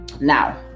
Now